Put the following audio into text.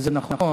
וזה נכון,